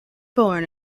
born